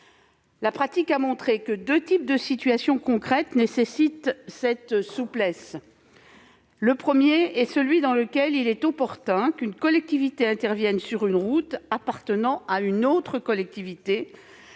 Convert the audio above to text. La pratique a montré que deux types de situations concrètes nécessitent cette souplesse. Dans un premier cas, il peut paraître opportun qu'une collectivité intervienne sur une route appartenant à une autre collectivité,